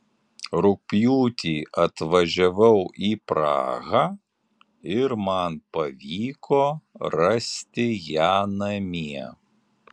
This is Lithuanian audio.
rugpjūtį atvažiavau į prahą ir man pavyko rasti ją namie